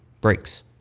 breaks